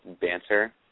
banter